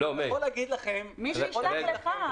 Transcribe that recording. מי שישלח לך.